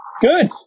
Good